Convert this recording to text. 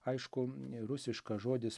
aišku rusiškas žodis